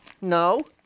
No